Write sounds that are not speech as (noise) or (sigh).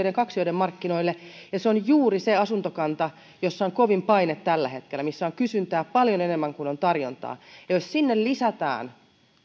(unintelligible) ja kaksioiden markkinoille se on juuri se asuntokanta jossa on kovin paine tällä hetkellä missä on kysyntää paljon enemmän kuin on tarjontaa ja jos sinne lisätään